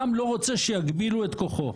העם לא רוצה שיגבילו את כוחו.